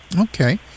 Okay